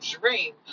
dream